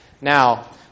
Now